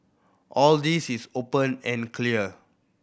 all this is open and clear